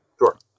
sure